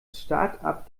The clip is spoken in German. startup